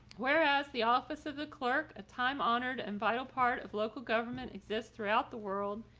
whereas the office of the clerk a time honored and vital part of local government exists throughout the world.